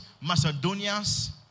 Macedonians